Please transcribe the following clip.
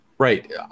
Right